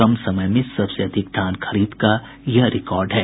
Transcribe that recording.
कम समय में सबसे अधिक धान का यह रिकार्ड है